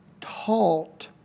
taught